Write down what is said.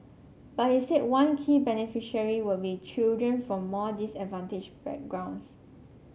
but he said one key beneficiary will be children from more disadvantaged backgrounds